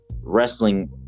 wrestling